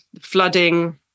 flooding